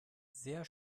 sehr